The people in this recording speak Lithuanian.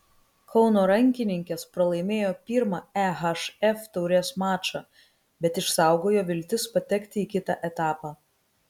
kauno rankininkės pralaimėjo pirmą ehf taurės mačą bet išsaugojo viltis patekti į kitą etapą